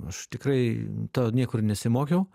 aš tikrai to niekur nesimokiau